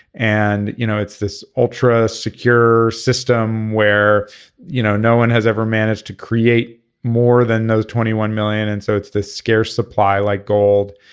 and you know it's this ultra secure system where you know no one has ever managed to create more than those twenty one million. and so it's this scarce supply like gold.